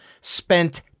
spent